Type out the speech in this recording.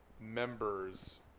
members